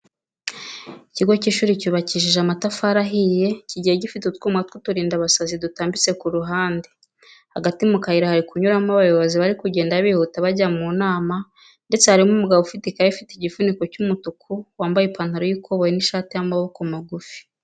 Ikigo cy'ishuri cyubakishije amatafari ahiye kigiye gifite utwuma tw'uturindabasazi dutambitse ku ruhande, hagati mu kayira hari kunyuramo abayobozi bari kugenda bihuta bajya mu nama ndetse harimo umugabo ufite ikayi ifite igifuniko cy'umutuku wambaye ipantaro y'ikoboyi n'ishati y'amaboko magufi.